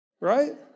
Right